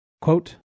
Quote